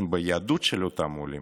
ביהדות של אותם עולים.